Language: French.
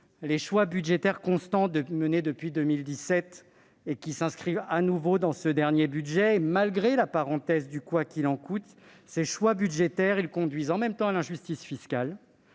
les choix budgétaires constants arrêtés depuis 2017 et qui s'inscrivent de nouveau dans ce dernier budget, malgré la parenthèse du « quoi qu'il en coûte », conduisent en même temps à l'injustice fiscale,